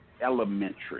Elementary